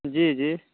جی جی